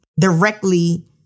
directly